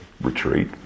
retreat